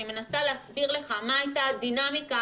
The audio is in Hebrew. אני מנסה להסביר לך מה הייתה הדינמיקה